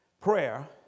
prayer